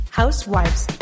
housewives